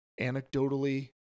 anecdotally